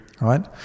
right